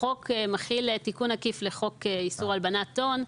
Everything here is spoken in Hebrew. החוק מכיל תיקון עקיף לחוק איסור הלבנת הון,